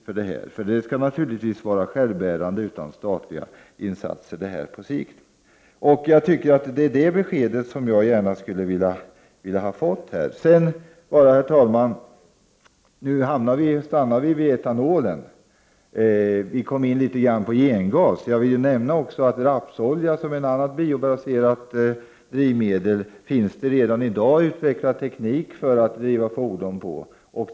Verksamheten skall naturligtvis på sikt vara självbärande utan statliga insatser. Det är det beskedet som jag gärna skulle vilja få här. Herr talman! Nu stannade vi vid etanolen — och vi kom in litet på gengas. Jag vill också nämna att när det gäller rapsolja, som är ett annat biobaserat drivmedel, finns det redan utvecklad teknik för att driva fordon.